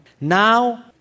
Now